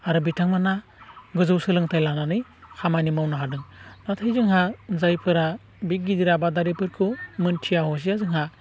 आरो बिथांमोनहा गोजौ सोलोंथाय लानानै खामानि मावनो हादों नाथाय जोंहा जायफोरा बे गिदिर आबादारिफोरखौ मिन्थिया हसिया जोंहा